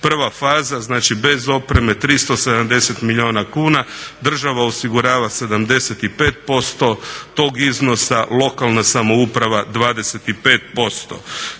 Prva faza znači bez opreme 370 milijuna kuna, država osigurava 75% tog iznosa, lokalna samouprava 25%.